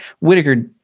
Whitaker